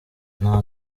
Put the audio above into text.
nta